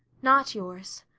not yours.